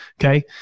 Okay